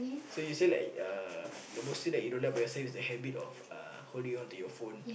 so you say like uh the most thing that you don't like about yourself is the habit of uh holding on to your phone